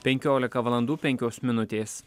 penkiolika valandų penkios minutės